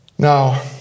Now